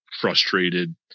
frustrated